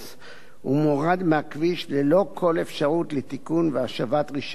ומורד מהכביש ללא כל אפשרות לתיקון והשבת רשיון הרכב.